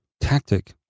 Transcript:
tactic